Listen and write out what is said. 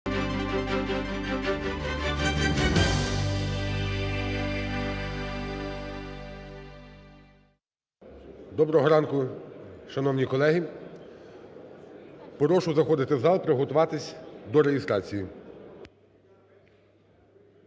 Доброго ранку, шановні колеги. Прошу заходити в зал, приготуватись до реєстрації.